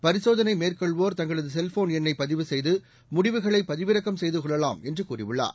பரிசோதனை மேற்கொள்வோர் தங்களது செல்ஃபோன் எண்ணை பதிவு செய்து முடிவுகளை பதிவிறக்கம் செய்து கொள்ளலாம் என்று கூறியுள்ளார்